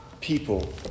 people